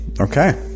okay